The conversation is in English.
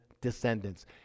descendants